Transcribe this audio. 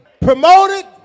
promoted